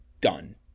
done